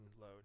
load